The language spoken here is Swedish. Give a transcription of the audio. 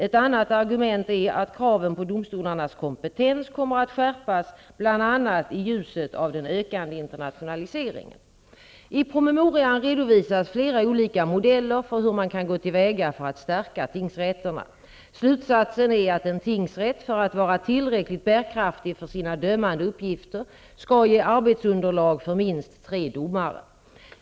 Ett annat argument är att kraven på domstolarnas kompetens kommer att skärpas bl.a. i ljuset av den ökande internationaliseringen. I promemorian redovisas flera olika modeller för hur man kan gå till väga för att stärka tingsrätterna. Slutsatsen är att en tingsrätt för att vara tillräckligt bärkraftig för sina dömande uppgifter skall ge arbetsunderlag för minst tre domare.